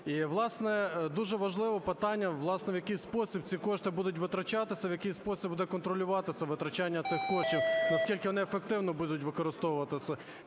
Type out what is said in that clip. І власне дуже важливе питання, власне в який спосіб ці кошти будуть витрачатися, в який спосіб буде контролюватися витрачання цих коштів, наскільки вони ефективно будуть використовуватись.